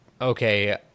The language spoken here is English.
okay